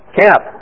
camp